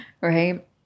right